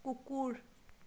কুকুৰ